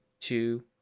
two